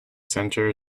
center